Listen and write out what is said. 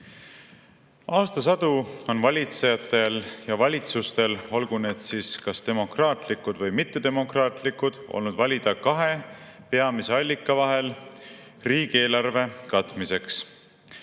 Aastasadu on valitsejatel ja valitsustel, olgu need siis kas demokraatlikud või mittedemokraatlikud, olnud valida kahe peamise allika vahel riigieelarve [kulude]